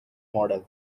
model